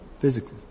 Physically